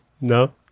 No